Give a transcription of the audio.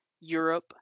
Europe